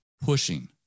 pushing